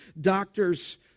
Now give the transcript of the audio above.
doctor's